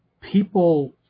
People